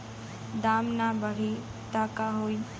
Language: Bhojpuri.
दाम ना बढ़ी तब का होई